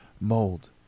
mold